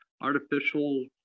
artificial